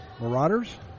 Marauders